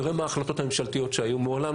אני רואה מה ההחלטות הממשלתיות שהיו,